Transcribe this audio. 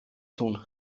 tun